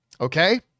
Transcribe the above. Okay